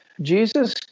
Jesus